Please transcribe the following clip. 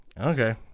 Okay